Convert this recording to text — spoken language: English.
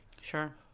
Sure